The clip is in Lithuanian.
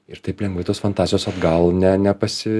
ir taip lengvai tos fantazijos atgal ne ne pasi